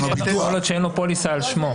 -- כל עוד שאין לו פוליסה על שמו.